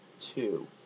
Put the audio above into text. two